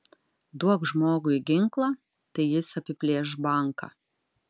duok žmogui ginklą tai jis apiplėš banką